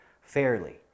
fairly